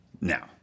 now